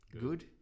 good